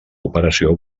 operació